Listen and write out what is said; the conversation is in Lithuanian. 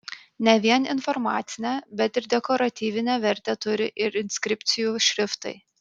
ne vien informacinę bet ir dekoratyvinę vertę turi ir inskripcijų šriftai